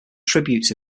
tributes